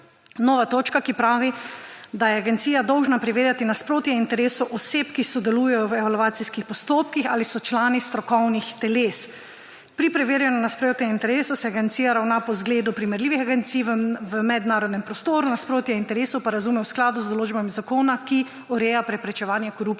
nova točka, ki pravi, da je agencija dolžna preverjati nasprotje interesov oseb, ki sodelujejo v evalvacijskih postopkih ali so člani strokovnih teles. Pri preverjanju nasprotja interesov se agencija ravna po zgledu primerljivih agencij v mednarodnem prostoru, nasprotje interesov pa razume v skladu z določbami zakona, ki ureja preprečevanje korupcije.